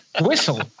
whistle